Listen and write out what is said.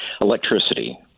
electricity